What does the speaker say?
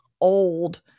Old